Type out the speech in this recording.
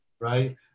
right